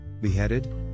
beheaded